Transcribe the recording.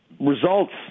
results